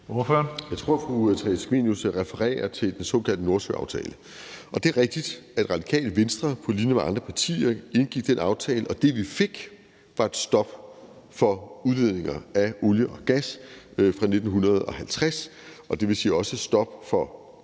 Jeg tror, fru Theresa Scavenius refererer til den såkaldte Nordsøaftale, og det er rigtigt, at Radikale Venstre på linje med andre partier indgik den aftale, og at det, vi fik, var et stop for udledninger af olie og gas fra 2050, og det vil også sige et stop for